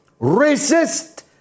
racist